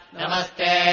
Namaste